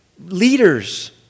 leaders